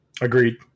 Agreed